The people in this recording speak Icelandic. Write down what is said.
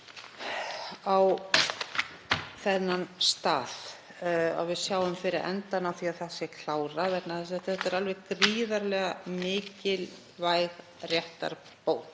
þetta er alveg gríðarlega mikilvæg réttarbót